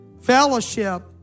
fellowship